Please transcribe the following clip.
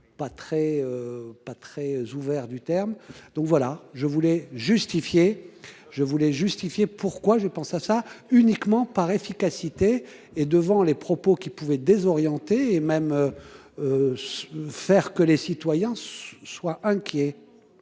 pas très ouvert du terme. Donc voilà je voulais justifier. Je voulais justifier pourquoi je pense à ça uniquement par efficacité et devant les propos qu'il pouvait désorienter et même. Faire que les citoyens soient inquiets.